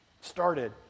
started